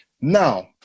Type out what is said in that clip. Now